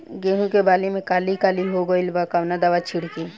गेहूं के बाली में काली काली हो गइल बा कवन दावा छिड़कि?